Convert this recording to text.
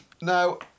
Now